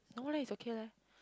no leh it's okay leh